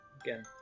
again